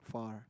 far